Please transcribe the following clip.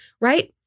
right